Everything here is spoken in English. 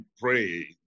pray